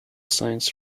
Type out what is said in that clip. science